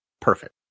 Perfect